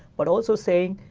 but also saying,